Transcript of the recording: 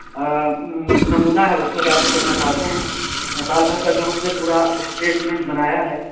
نمونہ ہے اس میں داخل کرنا چاہتے ہیں سال بھر کا جو ہم نے پورا اسٹیٹمنٹ بنایا ہے